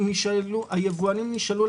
היבואנים נשאלו,